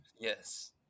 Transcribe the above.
Yes